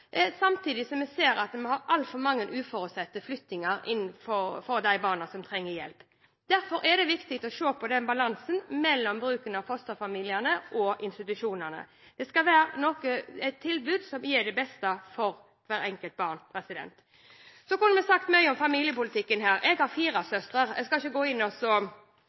samtidig som vi ser at vi har altfor mange uforutsette flyttinger blant de barna som trenger hjelp. Derfor er det viktig å se på balansen mellom bruken av fosterfamilier og institusjoner. Det skal være et tilbud som gir det beste for hvert enkelt barn. Vi kunne sagt mye om familiepolitikken. Jeg har fire søstre. Jeg skal ikke gå inn og